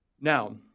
Now